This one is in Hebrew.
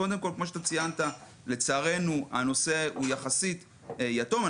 כמו שציינת, לצערנו הנושא יחסית יתום.